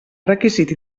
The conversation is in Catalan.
requisit